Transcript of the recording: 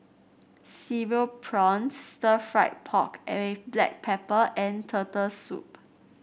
Cereal Prawns Stir Fried Pork Black Pepper and Turtle Soup